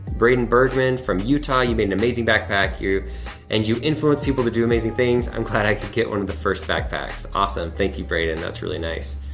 braden bergman from utah, you made an amazing backpack and you influence people to do amazing things. i'm glad i could get one of the first backpacks. awesome, thank you, braden that's really nice.